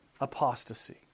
apostasy